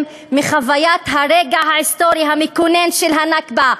מחוויית הרגע ההיסטורי המכונן של הנכבה,